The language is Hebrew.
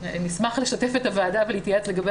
נשמח לשתף את הוועדה ולהתייעץ לגבי